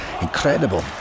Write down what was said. incredible